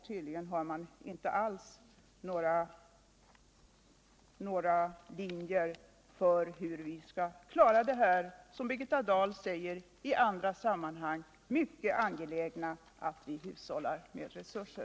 Tydligen har man inte alls några linjer för hur vi skall klara den, som Birgitta Dahl i andra sammanhang säger, angelägna uppgiften at hushålla med resurser.